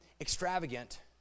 extravagant